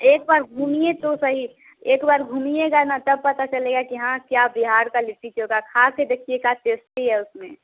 एक बार घूमिए तो सही एक बार घूमिएगा ना तब पता चलेगा कि हाँ क्या बिहार का लिट्टी चोखा खा कर देखिए का टेस्टी है उसमें